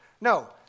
No